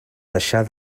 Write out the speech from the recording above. deixar